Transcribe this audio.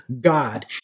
God